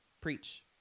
preach